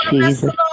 Jesus